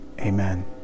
amen